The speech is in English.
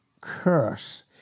curse